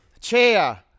chair